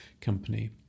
company